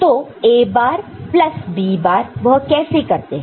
तो A बार plus B बार वह कैसे करते है